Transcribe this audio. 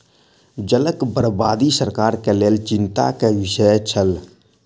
जलक बर्बादी सरकार के लेल चिंता के विषय छल